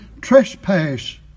trespass